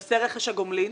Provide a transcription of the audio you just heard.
בנושא רכש הגומלין,